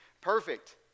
perfect